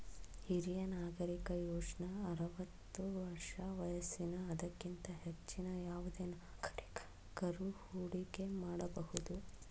ಹಿರಿಯ ನಾಗರಿಕ ಯೋಜ್ನ ಆರವತ್ತು ವರ್ಷ ವಯಸ್ಸಿನ ಅದಕ್ಕಿಂತ ಹೆಚ್ಚಿನ ಯಾವುದೆ ನಾಗರಿಕಕರು ಹೂಡಿಕೆ ಮಾಡಬಹುದು